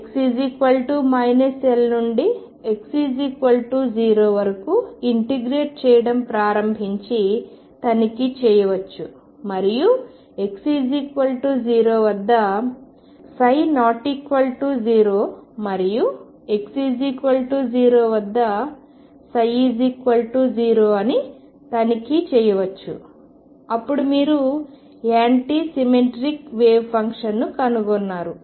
మీరు x L నుండి x0 వరకు ఇంటిగ్రేట్ చేయడం ప్రారంభించి తనిఖీ చేయవచ్చు మరియు x0 వద్ద ≠0 మరియు x0 వద్ద ψ0 అని తనిఖీ చేయవచ్చు అప్పుడు మీరు యాంటీ సిమెట్రిక్ వేవ్ ఫంక్షన్ను కనుగొన్నారు